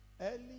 Early